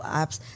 apps